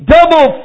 Double